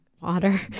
water